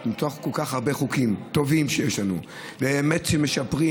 מתוך כל כך הרבה חוקים טובים שיש לנו שבאמת משפרים,